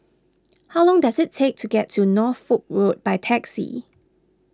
how long does it take to get to Norfolk Road by taxi